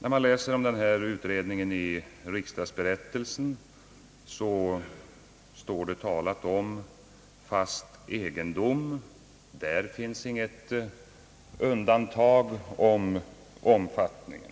I riksdagsberättelsen talas när det gäller utredningens uppgifter om »fast egendom». Där finns inget undantag i fråga om omfattningen.